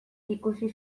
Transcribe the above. ikusi